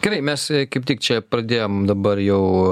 gerai mes kaip tik čia pradėjome dabar jau